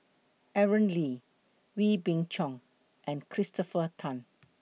Aaron Lee Wee Beng Chong and Christopher Tan